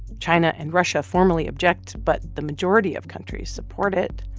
china and russia formally object, but the majority of countries support it.